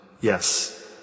Yes